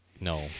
No